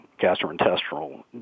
gastrointestinal